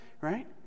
right